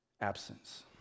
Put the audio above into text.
absence